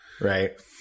right